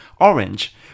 orange